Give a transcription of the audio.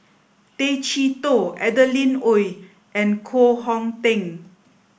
Tay Chee Toh Adeline Ooi and Koh Hong Teng